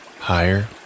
higher